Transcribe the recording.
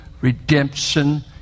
redemption